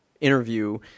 interview